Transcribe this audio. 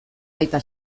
baita